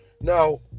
Now